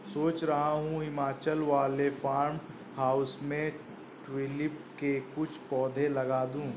सोच रहा हूं हिमाचल वाले फार्म हाउस पे ट्यूलिप के कुछ पौधे लगा दूं